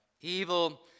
evil